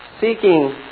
seeking